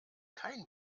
kein